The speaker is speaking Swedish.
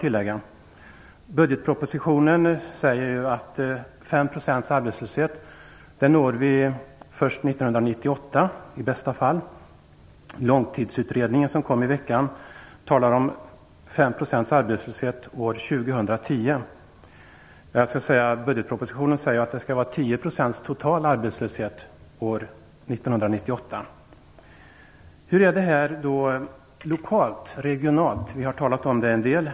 I budgetpropositionen står det att vi når en arbetslöshet på 5 % först 1998, i bästa fall. Långtidsutredningen, som kom i veckan, talar om en arbetslöshet på 5 % år 2010. I budgetpropositionen står det att det skall vara en total arbetslöshet på 10 % år 1998. Hur ser det ut lokalt och regionalt? Vi har talat en del om det.